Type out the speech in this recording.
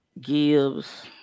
Gibbs